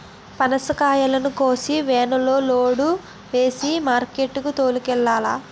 పనసకాయలను కోసి వేనులో లోడు సేసి మార్కెట్ కి తోలుకెల్లాల